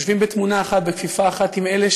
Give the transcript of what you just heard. יושבים בתמונה אחת, בכפיפה אחת, עם אלה